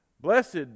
blessed